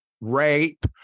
rape